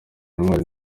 intwaro